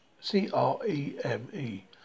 C-R-E-M-E